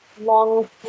long